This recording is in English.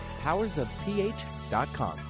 powersofph.com